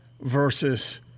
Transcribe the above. versus